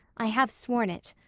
i have sworn it.